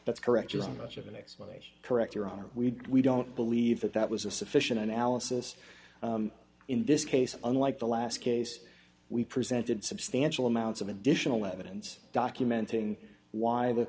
that's correct isn't much of an explanation correct your honor we don't believe that that was a sufficient analysis in this case unlike the last case we presented substantial amounts of additional evidence documenting why the